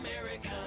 America